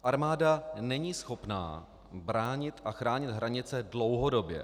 Armáda není schopna bránit a chránit hranice dlouhodobě.